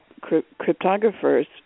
cryptographers